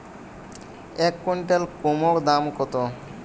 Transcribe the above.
এক কুইন্টাল কুমোড় দাম কত?